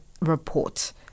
report